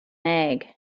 egg